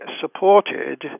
supported